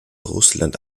russland